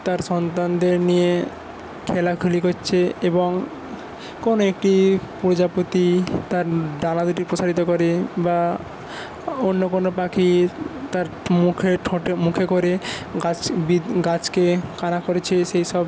তার সন্তানদের নিয়ে খেলাখেলি করছে এবং কোনও একটি প্রজাপতি তার ডানা দুটি প্রসারিত করে বা অন্য কোনও পাখি তার মুখে ঠোঁটে মুখে করে ঘাস গাছকে করেছে সেইসব